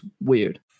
weird